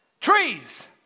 Trees